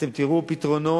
אתם תראו פתרונות